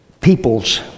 peoples